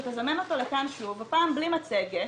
שתזמן אותו לכאן שוב בלי מצגת